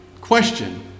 question